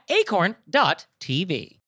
acorn.tv